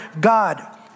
God